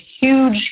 huge